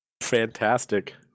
Fantastic